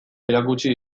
erakutsi